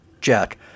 Jack